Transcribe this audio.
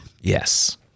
Yes